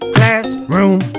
Classroom